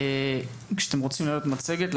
כשאתם רוצים להעלות מצגת,